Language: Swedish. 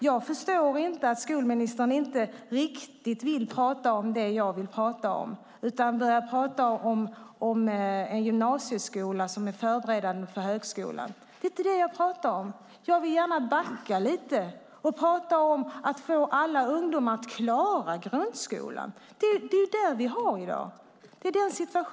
Jag förstår inte att skolministern inte riktigt vill tala om det jag vill tala om utan börjar tala om en gymnasieskola som är förberedande för högskolan. Det är inte vad jag talar om. Jag vill gärna backa lite och tala om att få alla ungdomar att klara grundskolan. Det är den situationen vi har i dag.